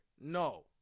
No